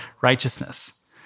righteousness